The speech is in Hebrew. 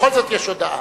בכל זאת יש הודעה.